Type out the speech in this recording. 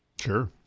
Sure